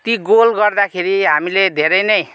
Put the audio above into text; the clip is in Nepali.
ती गोल गर्दाखेरि हामीले धेरै नै